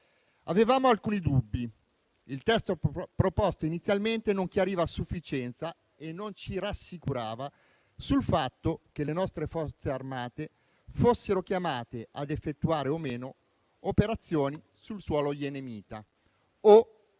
Avevamo alcuni dubbi: il testo proposto inizialmente non chiariva a sufficienza e non ci rassicurava sul fatto che le nostre Forze armate fossero chiamate ad effettuare o meno operazioni sul suolo yemenita o che